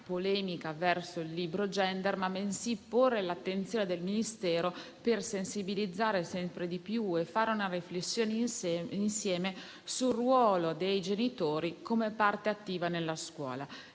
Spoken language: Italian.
polemica verso il libro *gender*, ma bensì volta a porre l'attenzione del Ministero per sensibilizzare sempre di più e fare una riflessione insieme sul ruolo dei genitori come parte attiva nella scuola.